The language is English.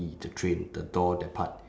the train the door that part